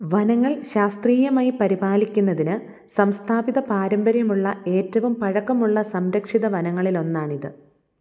വനങ്ങൾ ശാസ്ത്രീയമായി പരിപാലിക്കുന്നതിന് സംസ്ഥാപിത പാരമ്പര്യമുള്ള ഏറ്റവും പഴക്കമുള്ള സംരക്ഷിത വനങ്ങളിലൊന്നാണിത്